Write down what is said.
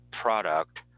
product